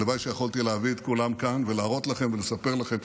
הלוואי שיכולתי להביא את כולם לכאן ולהראות לכם ולספר לכם.